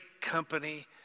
company